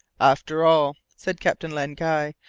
after all, said captain len guy,